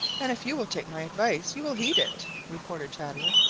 and if you will take my advice you will heed it, retorted chatterer.